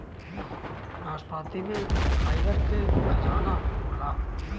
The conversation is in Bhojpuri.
नाशपाती में फाइबर के खजाना होला